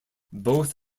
both